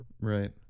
Right